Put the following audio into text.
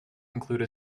include